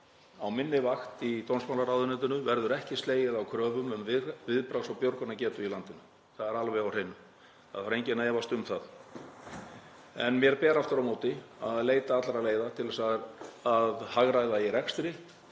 á minni vakt í dómsmálaráðuneytinu verður ekki slegið af kröfum um viðbragðs- og björgunargetu í landinu. Það er alveg á hreinu. Það þarf enginn að efast um það. Mér ber aftur á móti að leita allra leiða til að hagræða í rekstri,